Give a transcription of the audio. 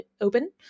open